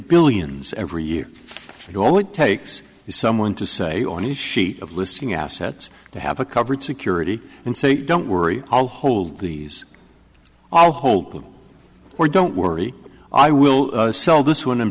billions every year you know it takes you someone to say on his sheet of listing assets to have a covered security and say don't worry i'll hold these all hold them or don't worry i will sell this one and